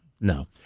No